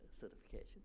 certification